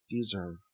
deserve